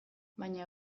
baina